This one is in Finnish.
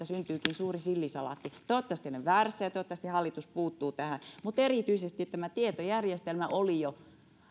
syntyykin suuri sillisalaatti toivottavasti olen väärässä ja toivottavasti hallitus puuttuu tähän mutta erityisesti tämä tietojärjestelmäolio